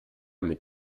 mit